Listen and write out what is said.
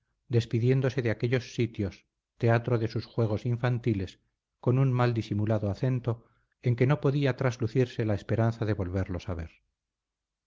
despidiéndose de aquellos sitios teatro de sus juegos infantiles con un mal disimulado acento en que no podía traslucirse la esperanza de volverlos a ver